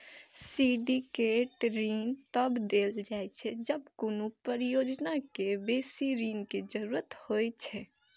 syndicate ऋण तब देल जाइ छै, जब कोनो परियोजना कें बेसी ऋण के जरूरत होइ छै